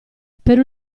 per